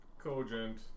Cogent